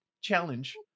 challenge